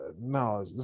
no